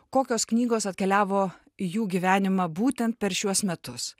kokios knygos atkeliavo į jų gyvenimą būtent per šiuos metus